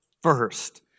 first